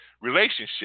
relationship